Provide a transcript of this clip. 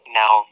now